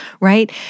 right